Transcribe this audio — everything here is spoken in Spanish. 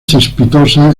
cespitosa